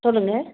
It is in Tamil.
சொல்லுங்கள்